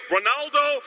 Ronaldo